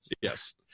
Yes